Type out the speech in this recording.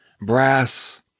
brass